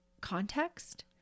context